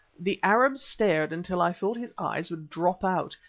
the arab stared until i thought his eyes would drop out,